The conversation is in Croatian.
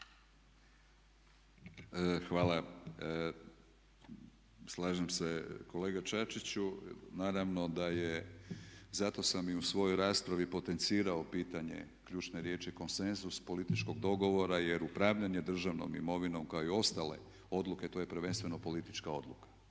Hvala. Slažem se kolega Čačiću. Naravno da je, zato sam i u svojoj raspravi potencirao pitanje ključne riječi konsenzus, političkog dogovora jer upravljanje državnom imovinom kao i ostale odluke to je prvenstveno politička odluka